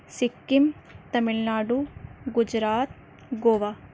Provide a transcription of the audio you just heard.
Sikkim Tamil Nadu Gujarat Goa